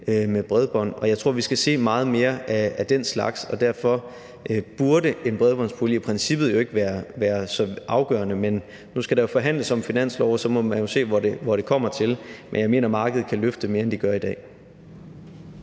med bredbånd, og jeg tror, vi skal se meget mere af den slags, og derfor burde en bredbåndspulje jo i princippet ikke være så afgørende. Nu skal der jo forhandles om en finanslov, og så må man se, hvor det kommer hen, men jeg mener, at markedet kan løfte mere, end det gør i dag.